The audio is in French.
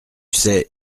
sais